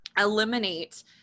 eliminate